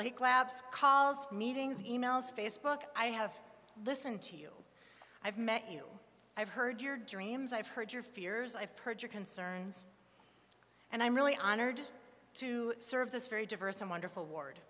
labs calls meetings e mails facebook i have listened to you i've met you i've heard your dreams i've heard your fears i've heard your concerns and i'm really honored to serve this very diverse and wonderful ward